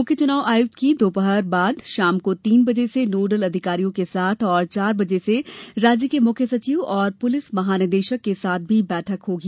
मुख्य चुनाव आयुक्त की दोपहर बाद शाम को तीन बजे से नोडल अधिकारियों के साथ और चार बजे से राज्य के मुख्य सचिव और पुलिस महानिदेशक के साथ भी बैठक होगी